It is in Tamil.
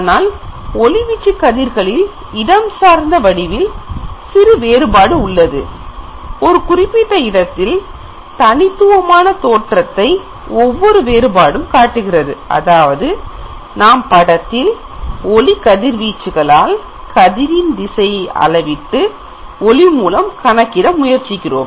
ஆனால் ஒளிவீச்சு கதிர்களில் இடம் சார்ந்த வடிவில் வேறுபாடு உள்ளது ஒரு குறிப்பிட்ட இடத்தில் தனித்துவமான தோற்றத்தை ஒவ்வொரு வேறுபாடும் காட்டுகிறது அதாவது நாம் படத்தில் ஒளி கதிர்வீச்சுகளால் கதிரின் திசையை அளவிட்டு ஒளி மூலம் கணக்கிட முயற்சிக்கிறோம்